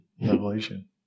revelation